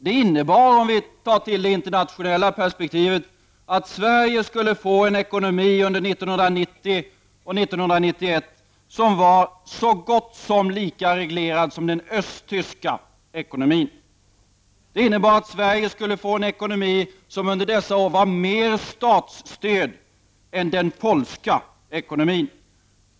Det skulle innebära, sett i ett internationellt perspektiv, att Sverige under 1990 och 1991 skulle få en ekonomi som skulle vara så gott som lika reglerad som den östtyska ekonomin är. Sverige skulle ha fått en ekonomi som hade varit mer statsstyrd än den polska ekonomin!